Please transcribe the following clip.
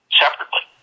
separately